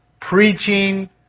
preaching